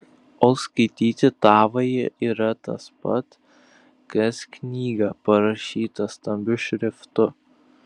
o skaityti tavąjį yra tas pat kas knygą parašytą stambiu šriftu